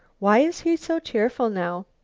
why is he so cheerful now?